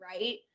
right